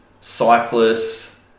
cyclists